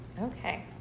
okay